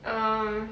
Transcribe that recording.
um